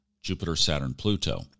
Jupiter-Saturn-Pluto